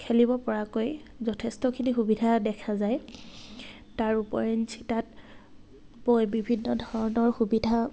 খেলিব পৰাকৈ যথেষ্টখিনি সুবিধা দেখা যায় তাৰ উপৰিঞ্চি তাত বৈ বিভিন্ন ধৰণৰ সুবিধা